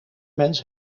mens